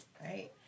Right